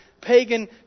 pagan